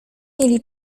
mieli